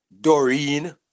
Doreen